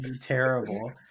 terrible